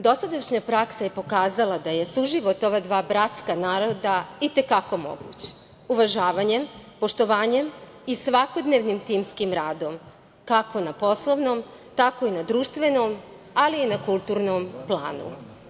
Dosadašnja praksa pokazala je da je suživot ova dva bratska naroda i te kako moguć, uvažavanjem, poštovanjem i svakodnevnim timskim radom, kako na poslovnom, tako i na društvenom, ali i na kulturnom planu.